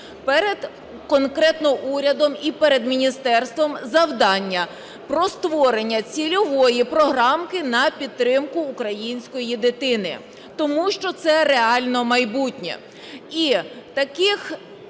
перед конкретно урядом і перед міністерством завдання про створення цільової програми на підтримку української дитини, тому що це реально майбутнє.